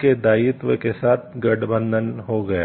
के दायित्वों के साथ गठबंधन हो गया